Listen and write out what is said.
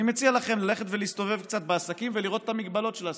אני מציע לכם ללכת ולהסתובב קצת בעסקים ולראות את המגבלות של העסקים.